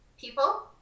people